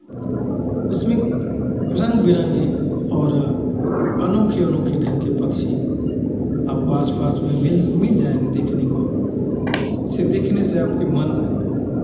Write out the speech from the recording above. उसमें रंग बिरंगे और अनोखे अनोखे ढंग के पक्षी आपको आस पास में मिल मिल जाएंगे देखने को जिसे देखने से आपके मन